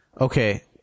okay